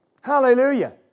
Hallelujah